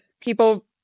people